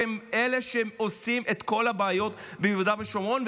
כי הם אלה שעושים את כל הבעיות ביהודה ושומרון,